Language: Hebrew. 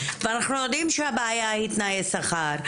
ואנחנו יודעים שהבעיה היא תנאי שכר,